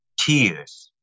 tears